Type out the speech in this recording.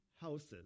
houses